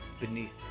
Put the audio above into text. beneath